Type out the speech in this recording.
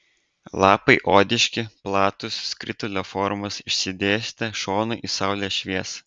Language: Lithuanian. lapai odiški platūs skritulio formos išsidėstę šonu į saulės šviesą